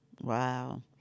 Wow